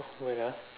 wait ah